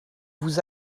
vous